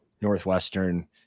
Northwestern